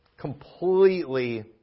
completely